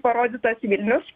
parodytas vilnius